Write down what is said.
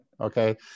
Okay